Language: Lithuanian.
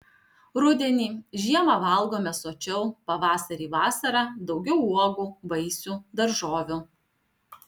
rudenį žiemą valgome sočiau pavasarį vasarą daugiau uogų vaisių daržovių